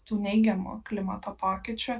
tų neigiamų klimato pokyčių